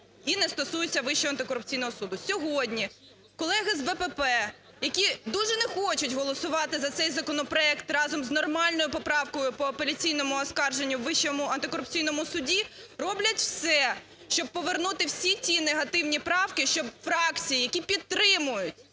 і не стосується Вищого антикорупційного суду. Сьогодні, колеги з БПП, які дуже не хочуть голосувати за цей законопроект разом з нормальною поправкою по апеляційному оскарженню у Вищому антикорупційному суді, роблять все, щоб повернути всі ті негативні правки, щоб фракції, які підтримують,